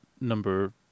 number